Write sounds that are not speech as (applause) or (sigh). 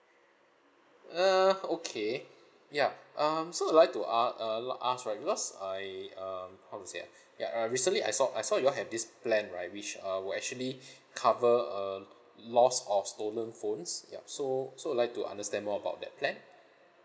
uh okay (breath) ya um so would like to a~ uh ask right because I um how to say ah (breath) ya uh recently I saw I saw you all have this plan right which uh would actually (breath) cover um lost or stolen phones yup so so would like to understand more about that plan